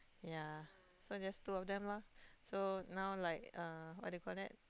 ya so just two of them lah so now like uh what do you call that